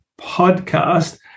podcast